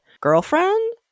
girlfriend